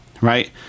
right